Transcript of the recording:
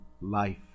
life